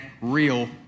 real